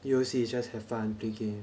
U_O_C is just have fun play game